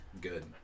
good